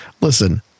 listen